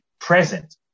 present